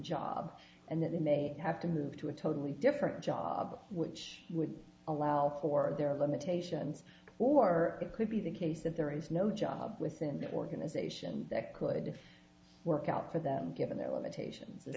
jobs and that they may have to move to a totally different job which would allow for their limitations or it could be the case that there is no job within the organisation that could work out for them given their limitations